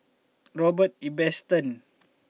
Robert Ibbetson